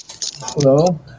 Hello